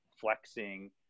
flexing